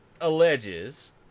alleges